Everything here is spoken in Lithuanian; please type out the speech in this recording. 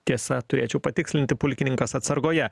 tiesa turėčiau patikslinti pulkininkas atsargoje